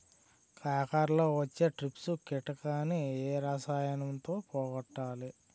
కాకరలో వచ్చే ట్రిప్స్ కిటకని ఏ రసాయనంతో పోగొట్టాలి?